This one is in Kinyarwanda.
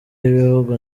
y’ibihugu